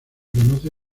conoce